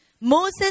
Moses